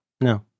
No